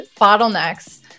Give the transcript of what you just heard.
bottlenecks